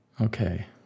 Okay